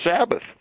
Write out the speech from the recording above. Sabbath